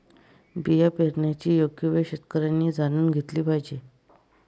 बिया पेरण्याची योग्य वेळ शेतकऱ्यांनी जाणून घेतली पाहिजे